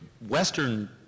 Western